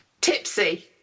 tipsy